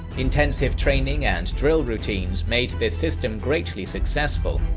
intensive training and drill routines made this system greatly successful,